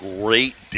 great